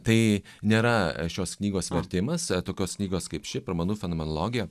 tai nėra šios knygos vertimas tokios knygos kaip ši pramanų fenomenologija